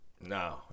No